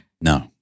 No